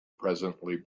presently